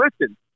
listen